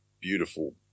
beautiful